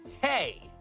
hey